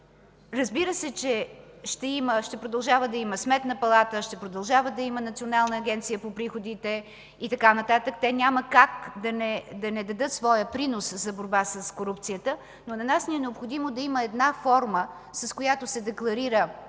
разбира се, че ще има, ще продължава да има Сметна палата, ще продължава да има Национална агенция по приходите и така нататък. Те няма как да не дадат своя принос за борба с корупцията, но на нас ни е необходимо да има една форма, с която се декларира